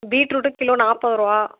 beetroot kilo நாற்பதுருவா